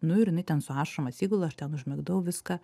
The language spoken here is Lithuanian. nu ir jinai ten su ašarom atsigula aš ten užmigdau viską